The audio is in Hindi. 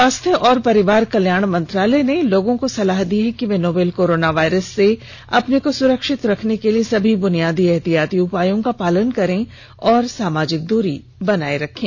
स्वास्थ्य और परिवार कल्याण मंत्रालय ने लोगों को सलाह दी है कि वे नोवल कोरोना वायरस से अपने को सुरक्षित रखने के लिए सभी बुनियादी एहतियाती उपायों का पालन करें और सामाजिक दूरी बनाए रखें